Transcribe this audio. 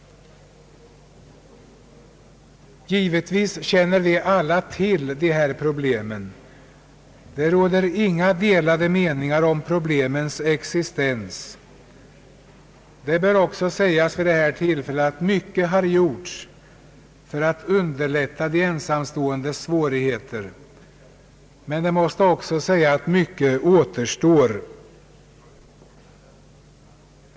Givetvis känner vi alla till de här problemen. Det råder inga delade meningar om problemens existens. Det bör också sägas vid detta tillfälle att mycket har gjorts för att undanröja de ensamståendes svårigheter, men det måste också sägas att mycket återstår.